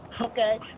okay